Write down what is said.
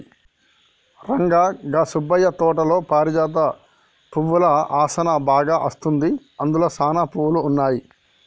రంగా గా సుబ్బయ్య తోటలో పారిజాత పువ్వుల ఆసనా బాగా అస్తుంది, అందులో సానా పువ్వులు ఉన్నాయి